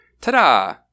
ta-da